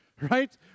right